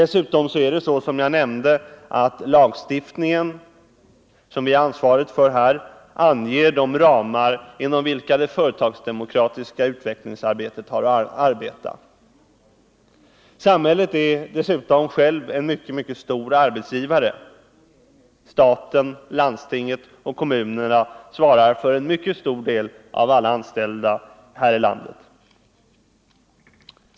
Som jag nämnt anger dessutom lagstiftningen, som vi har ansvaret för här i riksdagen, Nr 130 de ramar inom vilka det företagsdemokratiska utvecklingsarbetet har att Torsdagen den hålla sig. Samhället är dessutom självt en mycket stor arbetsgivare. Staten, 28 november 1974 landstingen och kommunerna är arbetsgivare för en mycket stor del av alla anställda i vårt land.